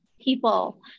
people